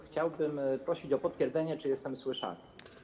Chciałbym prosić o potwierdzenie, czy jestem słyszalny.